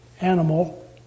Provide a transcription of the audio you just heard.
animal